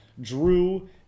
Drew